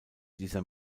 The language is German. dieser